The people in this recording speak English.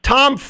Tom